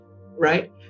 right